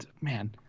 man